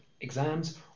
exams